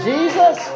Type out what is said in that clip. Jesus